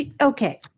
Okay